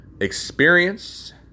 experience